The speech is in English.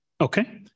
Okay